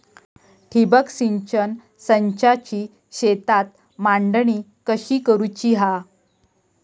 ठिबक सिंचन संचाची शेतात मांडणी कशी करुची हा?